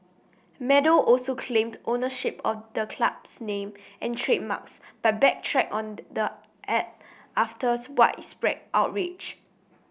meadow also claimed ownership of the club's name and trademarks but backtracked on after widespread outrage